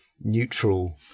neutral